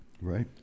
Right